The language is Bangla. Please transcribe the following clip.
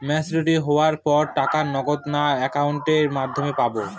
ম্যচিওর হওয়ার পর টাকা নগদে না অ্যাকাউন্টের মাধ্যমে পাবো?